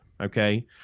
Okay